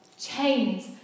Chains